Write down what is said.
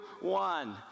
one